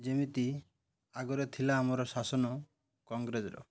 ଯେମିତି ଆଗରେ ଥିଲା ଆମର ଶାସନ କଂଗ୍ରେସର